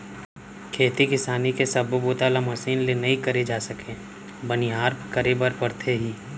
खेती किसानी के सब्बो बूता ल मसीन ले नइ करे जा सके बनिहार करे बर परथे ही